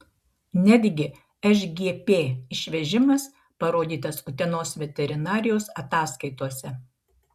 netgi šgp išvežimas parodytas utenos veterinarijos ataskaitose